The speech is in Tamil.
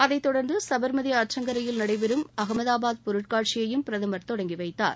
அதைத் தொடர்ந்து சபர்மதி ஆற்றங்கரையில் நடைபெறும் அகமதா பாத் பொருட்காட்சியையும் பிரதமர் தொடங்கி வைத்தார்